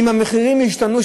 אם המחירים ישתנו,